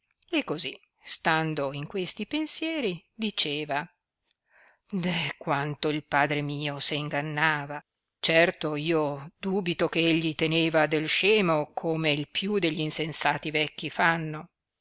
e così stando in questi pensieri diceva deh quanto il padre mio se ingannava certo io dubito che egli teneva del scemo come il più degli insensati vecchi fanno